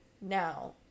now